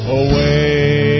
away